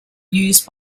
used